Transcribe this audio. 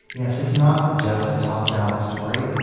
yes, it's not just a top-down story,